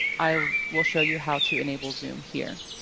i will show you how to enable zoom here.